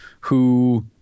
who-